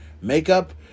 makeup